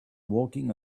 walking